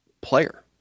player